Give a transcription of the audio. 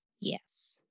Yes